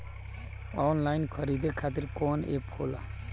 Online खरीदे खातीर कौन एप होला?